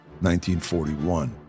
1941